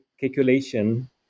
calculation